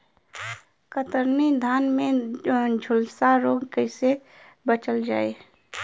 कतरनी धान में झुलसा रोग से कइसे बचल जाई?